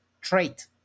trait